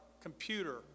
computer